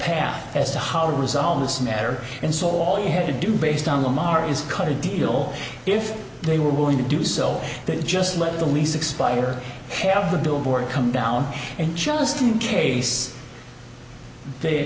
path as to how to resolve this matter and so all you had to do based on them are is cut a deal if they were going to do so they just let the lease expired or have the billboard come down and just in case they